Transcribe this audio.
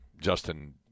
Justin